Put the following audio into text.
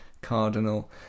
Cardinal